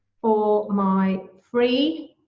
for my free